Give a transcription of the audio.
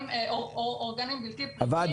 לחומרים אורגניים בלתי פריקים.